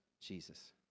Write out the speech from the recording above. Jesus